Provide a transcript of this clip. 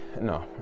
no